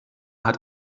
hat